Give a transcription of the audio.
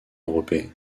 européenne